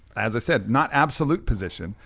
as i said, not absolute position,